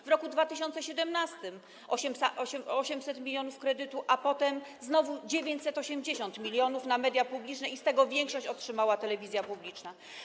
W 2017 r. - 800 mln kredytu, a potem znowu 980 mln na media publiczne, z czego większość otrzymała telewizja publiczna.